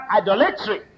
idolatry